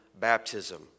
baptism